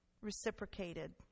reciprocated